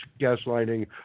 gaslighting